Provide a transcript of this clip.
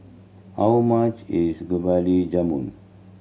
how much is Jamun